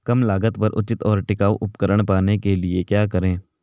कम लागत पर उचित और टिकाऊ उपकरण पाने के लिए क्या करें?